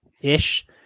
ish